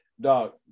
Dog